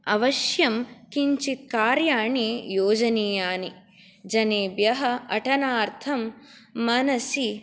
अवश्यं किञ्चित् कार्याणि योजनीयानि जनेभ्यः अटनार्थं मनसि